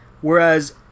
Whereas